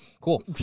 Cool